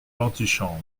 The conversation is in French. l’antichambre